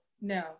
No